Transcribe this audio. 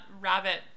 rabbit